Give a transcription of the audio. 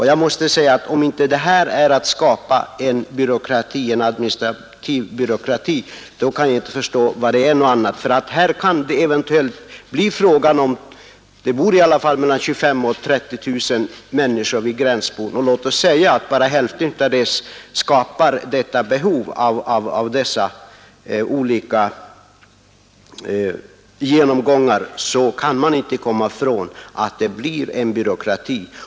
Jag kan inte förstå annat än att detta är att skapa en administrativ byråkrati. Det bor i alla fall 25 000-30 000 människor vid denna gräns. Låt oss säga att hälften vill passera gränsen. Då kan man inte komma ifrån att det blir en byråkrati.